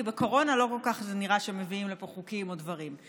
כי בקורונה לא כל כך נראה שמביאים לפה חוקים או דברים.